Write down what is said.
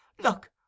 look